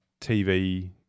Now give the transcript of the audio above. TV